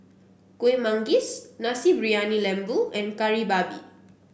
Kueh Manggis Nasi Briyani Lembu and Kari Babi